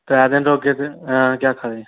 त्रै दिन रोह्गे ते केह् आक्खा दे